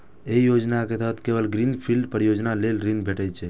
एहि योजना के तहत केवल ग्रीन फील्ड परियोजना लेल ऋण भेटै छै